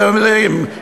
אתם יודעים,